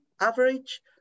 average